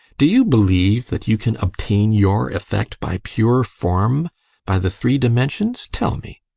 do you believe that you can obtain your effect by pure form by the three dimensions tell me?